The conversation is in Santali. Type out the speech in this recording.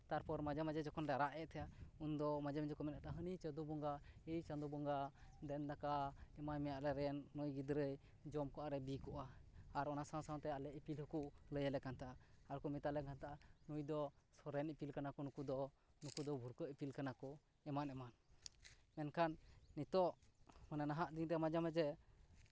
ᱛᱟᱨᱯᱚᱨ ᱢᱟᱡᱷᱮᱼᱢᱟᱡᱷᱮ ᱡᱚᱠᱷᱚᱱ ᱞᱮ ᱨᱟᱜ ᱮᱫ ᱛᱟᱦᱮᱸᱫ ᱩᱱ ᱫᱚ ᱢᱟᱡᱷᱮᱼᱢᱟᱡᱷᱮ ᱠᱚ ᱢᱮᱱᱮᱫ ᱛᱟᱦᱮᱸᱫ ᱦᱟᱱᱤ ᱪᱟᱸᱫᱳ ᱵᱚᱸᱜᱟ ᱮᱭ ᱪᱟᱸᱫᱳ ᱵᱚᱸᱜᱟ ᱫᱮᱱ ᱫᱟᱠᱟ ᱮᱢᱟᱭ ᱢᱮ ᱟᱞᱮ ᱨᱮᱱ ᱱᱩᱭ ᱜᱤᱫᱽᱨᱟᱹᱭ ᱡᱚᱢ ᱠᱚᱜᱼᱟ ᱟᱨᱮ ᱵᱤ ᱠᱚᱜᱼᱟ ᱟᱨ ᱚᱱᱟ ᱥᱟᱶᱼᱥᱟᱶᱛᱮ ᱟᱞᱮ ᱤᱯᱤᱞ ᱦᱚᱸᱠᱚ ᱞᱟᱹᱭ ᱟᱞᱮ ᱠᱟᱱ ᱛᱟᱦᱮᱸᱜᱼᱟ ᱟᱨ ᱠᱚ ᱢᱮᱛᱟᱞᱮ ᱠᱟᱱ ᱛᱟᱦᱮᱸᱜᱼᱟ ᱱᱩᱭ ᱫᱚ ᱥᱚᱨᱮᱱ ᱤᱯᱤᱞ ᱠᱟᱱᱟ ᱠᱚ ᱱᱩᱠᱩ ᱫᱚ ᱱᱩᱠᱩ ᱫᱚ ᱵᱷᱩᱨᱠᱟᱹ ᱤᱯᱤᱞ ᱠᱟᱱᱟ ᱠᱚ ᱮᱢᱟᱱ ᱮᱢᱟᱱ ᱢᱮᱱᱠᱷᱟᱱ ᱱᱤᱛᱚᱜ ᱢᱟᱱᱮ ᱱᱟᱦᱟᱜ ᱫᱤᱱᱨᱮ ᱢᱟᱡᱷᱮᱼᱢᱟᱡᱷᱮ